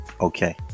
Okay